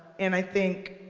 and i think,